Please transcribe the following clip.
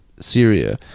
Syria